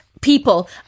People